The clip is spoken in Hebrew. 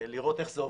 לראות איך זה עובד.